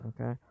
okay